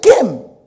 came